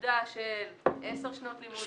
לתעודה של עשר שנות לימוד.